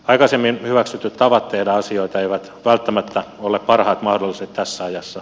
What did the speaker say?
aikaisemmin hyväksytyt tavat tehdä asioita eivät välttämättä ole parhaat mahdolliset tässä ajassa